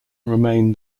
remain